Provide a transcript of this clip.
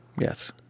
Yes